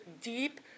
deep